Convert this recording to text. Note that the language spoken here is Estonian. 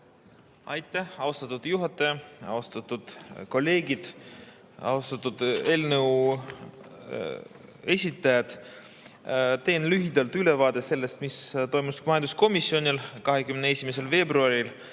Aitäh, austatud juhataja! Austatud kolleegid! Austatud eelnõu esitajad! Teen lühidalt ülevaate sellest, mis toimus majanduskomisjonis 21. veebruaril.